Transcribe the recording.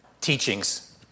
teachings